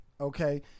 Okay